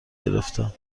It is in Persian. گرفتم